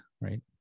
right